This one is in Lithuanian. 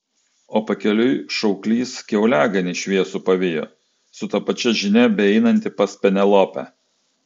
o pakeliui šauklys kiauliaganį šviesų pavijo su ta pačia žinia beeinantį pas penelopę